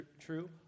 true